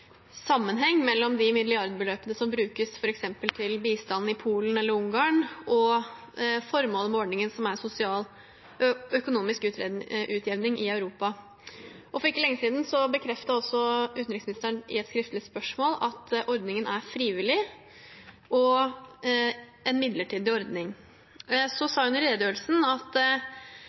sammenheng mellom de milliardbeløpene som brukes f.eks. til bistand i Polen eller Ungarn, og formålet med ordningen, som er sosial økonomisk utjevning i Europa. For ikke lenge siden bekreftet også utenriksministeren i et svar på skriftlig spørsmål at ordningen er frivillig og en midlertidig ordning. Så sa hun i redegjørelsen at